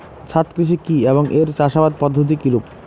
ছাদ কৃষি কী এবং এর চাষাবাদ পদ্ধতি কিরূপ?